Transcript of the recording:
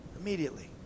Immediately